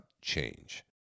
change